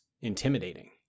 intimidating